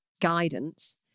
guidance